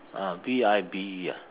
uh B I B E ah